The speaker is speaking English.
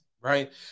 right